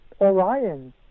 Orion